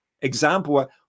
example